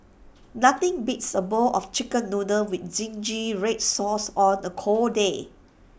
nothing beats A bowl of Chicken Noodles with Zingy Red Sauce on A cold day